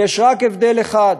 יש רק הבדל אחד,